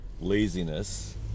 laziness